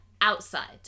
outside